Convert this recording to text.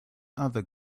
other